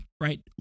right